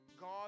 God